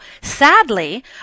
sadly